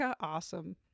awesome